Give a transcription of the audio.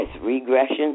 regression